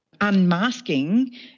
unmasking